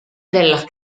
della